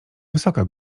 wysoka